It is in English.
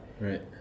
right